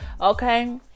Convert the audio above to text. okay